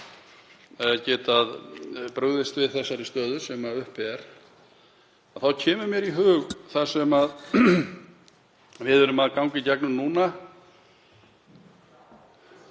að geta brugðist við þeirri stöðu sem uppi er þá kemur mér í hug það sem við erum að ganga í gegnum núna